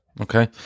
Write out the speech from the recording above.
Okay